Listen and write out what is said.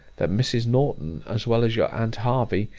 that mrs. norton, as well as your aunt hervey,